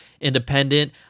independent